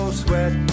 sweat